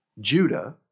Judah